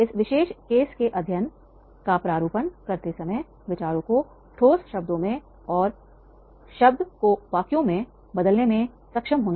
इस विशेष केस के अध्ययन का प्रारूपण करते समय विचारों को ठोस शब्दों और शब्दों को वाक्यों में बदलने में सक्षम होना